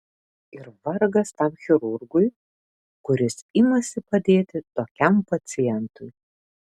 ir vargas tam chirurgui kuris imasi padėti tokiam pacientui